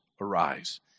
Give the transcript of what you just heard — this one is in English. arise